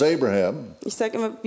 Abraham